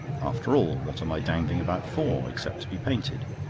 after all, what am i dangling about for, except to be painted?